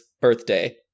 birthday